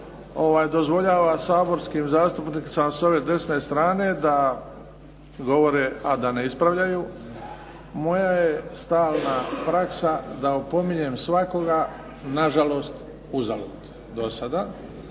dozvoljava saborskim zastupnicima s ove desne strane da govore, a da ne ispravljaju. Moja je stalna praksa da opominjem svakoga, nažalost uzalud do sada